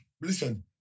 Listen